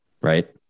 right